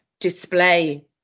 display